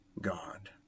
God